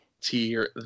tier